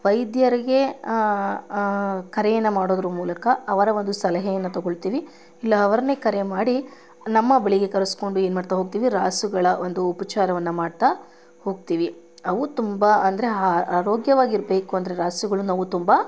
ವೈದ್ಯರಿಗೆ ಕರೆಯನ್ನು ಮಾಡೋದರ ಮೂಲಕ ಅವರ ಒಂದು ಸಲಹೆಯನ್ನು ತಗೊಳ್ತೀವಿ ಇಲ್ಲ ಅವ್ರನ್ನು ಕರೆ ಮಾಡಿ ನಮ್ಮ ಬಳಿಗೆ ಕರೆಸ್ಕೊಂಡು ಏನು ಮಾಡ್ತಾ ಹೋಗ್ತೀವಿ ರಾಸುಗಳ ಒಂದು ಉಪಚಾರವನ್ನು ಮಾಡ್ತಾ ಹೋಗ್ತೀವಿ ಅವು ತುಂಬ ಅಂದರೆ ಆರೋಗ್ಯವಾಗಿ ಇರಬೇಕು ಅಂದರೆ ರಾಸುಗಳು ನಾವು ತುಂಬ